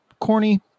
corny